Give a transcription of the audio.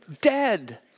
dead